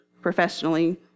professionally